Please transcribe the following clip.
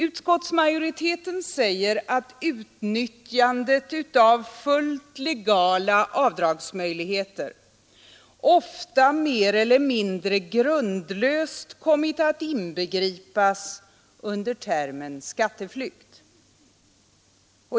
Utskottsmajoriteten säger att utnyttjandet av fullt legala avdragsmöjligheter ofta mer eller mindre grundlöst kommit att inbegripas under termen skatteflykt.